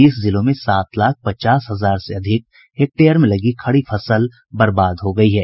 बीस जिलों में सात लाख पचास हजार से अधिक हेक्टेयर में लगी खड़ी फसल बर्बाद हो गई है